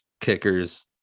kickers